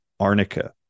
arnica